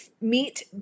meet